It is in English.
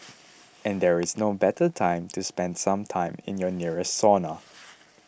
and there is no better time to spend some time in your nearest sauna